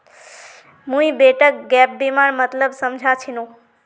मुई बेटाक गैप बीमार मतलब समझा छिनु